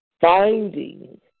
finding